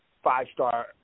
five-star